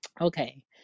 Okay